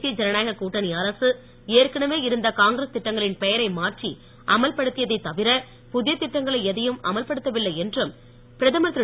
தேசிய ஜனநாயக கூட்டணி அரசு ஏற்கனவே இருந்த காங்கிரஸ் திட்டங்களின் பெயரை மாற்றி அமல்படுத்தியதைத் தவிர புதிய திட்டங்களை எதையும் அமல்படுத்தவில்லை என்றும் பிரதமர் திரு